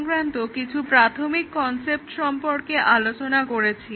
এখনো পর্যন্ত আমরা টেস্টিং সংক্রান্ত কিছু প্রাথমিক কনসেপ্ট সম্পর্কে আলোচনা করেছি